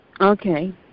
Okay